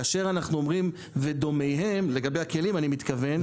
כאשר אנחנו אומרים ודומיהם לגבי הכלים אני מתכוון,